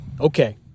okay